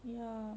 ya